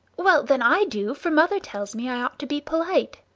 well, then, i do for mother tells me i ought to be polite.